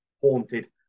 haunted